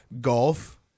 Golf